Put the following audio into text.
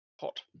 Hot